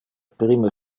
prime